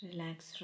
relax